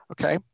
Okay